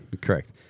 correct